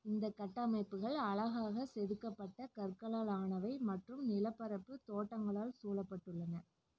இந்த கட்டமைப்புகள் அழகாக செதுக்கப்பட்ட கற்களால் ஆனவை மற்றும் நிலப்பரப்பு தோட்டங்களால் சூழப்பட்டுள்ளன